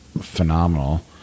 phenomenal